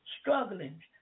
struggling